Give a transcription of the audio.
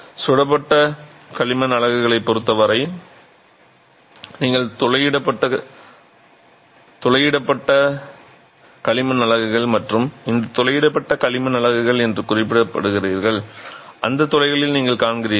சுடப்பட்ட களிமண் அலகுகளைப் பொருத்தவரை நீங்கள் துளையிடப்பட்ட களிமண் அலகுகள் மற்றும் இந்த துளையிடப்பட்ட களிமண் அலகுகள் என்று குறிப்பிடப்படுகிறீர்கள் அந்த துளைகளை நீங்கள் காண்கிறீர்கள்